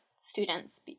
students